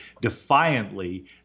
defiantly